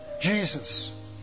Jesus